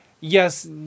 yes